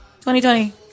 2020